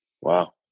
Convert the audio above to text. Wow